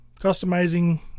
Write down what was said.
customizing